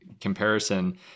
comparison